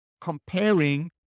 comparing